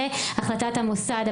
זה החלטת המוסד.